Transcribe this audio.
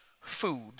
food